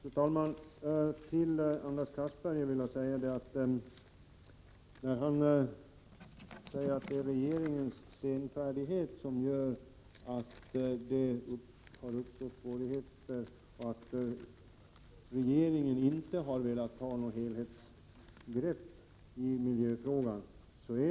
Fru talman! Anders Castberger säger att det är regeringens senfärdighet som gör att det har uppstått svårigheter och att regeringen inte har velat ta något helhetsgrepp i miljöfrågan.